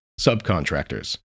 subcontractors